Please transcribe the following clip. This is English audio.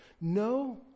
No